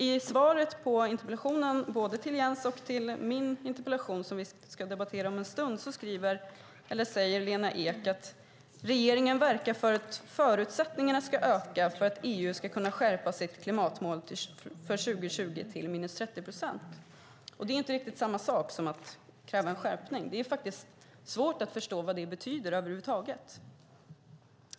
I svaret på interpellationen av Jens Holm och på min interpellation, som vi ska debattera om en stund, säger Lena Ek att regeringen verkar för att förutsättningarna ska öka för att EU ska kunna skärpa sina klimatmål för 2020 till minus 30 procent. Det är inte riktigt samma sak som att kräva en skärpning. Det är faktiskt svårt att förstå vad det betyder över huvud taget.